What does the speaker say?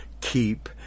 keep